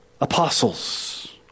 apostles